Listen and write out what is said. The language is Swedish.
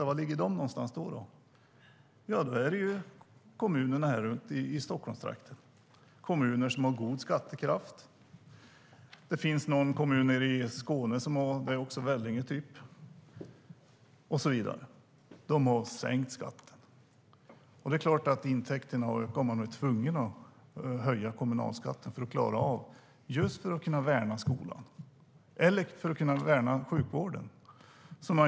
Jo, det är kommuner i Stockholmstrakten med god skattekraft. Det finns någon kommun nere i Skåne, typ Vellinge, som också har sänkt skatten. Det är klart att intäkterna har ökat om man varit tvungen att höja kommunalskatten för att klara av att värna skolan och sjukvården.